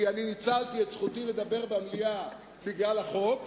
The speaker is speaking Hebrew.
כי ניצלתי את זכותי לדבר במליאה בגלל החוק,